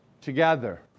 together